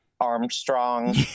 Armstrong